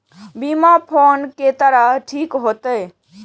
बीमा कोन तरह के ठीक होते?